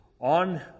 on